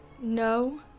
No